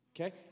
Okay